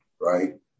Right